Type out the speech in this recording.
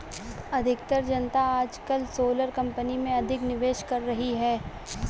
अधिकतर जनता आजकल सोलर कंपनी में अधिक निवेश कर रही है